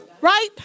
right